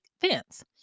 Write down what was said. fence